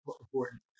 important